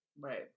Right